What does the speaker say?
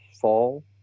fall